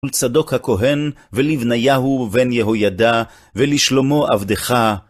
ולצדוק הכהן, ולבנייהו ובין-יהוידה, ולשלומו עבדך.